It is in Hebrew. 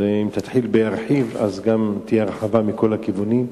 אז אם תתחיל בירחיב, גם תהיה הרחבה מכל הכיוונים.